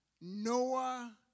Noah